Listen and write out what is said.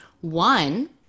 One